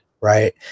Right